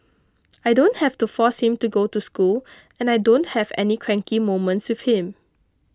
I don't have to force him to go to school and I don't have any cranky moments with him